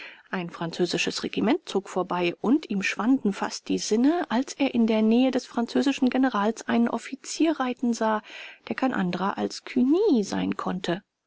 ein französisches regiment zog vorbei und ihm schwanden fast die sinne als er in der nähe des französischen generals einen offizier reiten sah der kein anderer als cugny sein konnte